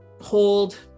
hold